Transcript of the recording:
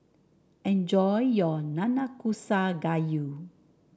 enjoy your Nanakusa Gayu